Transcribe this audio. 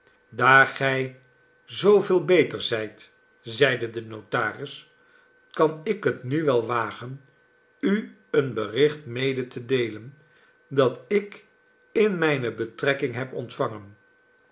daar gij zooveel beter zijt zeide de notaris kan ik het nu wel wagen u een bericht mede te deelen dat ik in mijne betrekking heb ontvangen